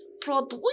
product